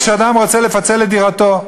כשאדם רוצה לפצל את דירתו,